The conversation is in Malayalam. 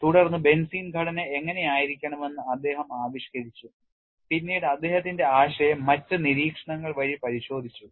തുടർന്ന് ബെൻസീൻ ഘടന എങ്ങനെയായിരിക്കണമെന്ന് അദ്ദേഹം ആവിഷ്കരിച്ചു പിന്നീട് അദ്ദേഹത്തിന്റെ ആശയം മറ്റ് നിരീക്ഷണങ്ങൾ വഴി പരിശോധിച്ചു